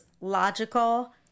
logical